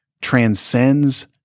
transcends